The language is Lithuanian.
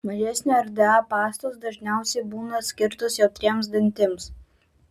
mažesnio rda pastos dažniausiai būna skirtos jautriems dantims